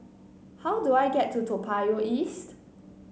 how do I get to Toa Payoh East